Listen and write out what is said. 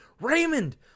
Raymond